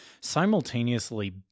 simultaneously